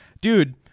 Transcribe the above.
dude